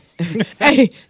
Hey